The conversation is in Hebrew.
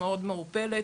שמאוד מעורפלת.